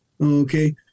Okay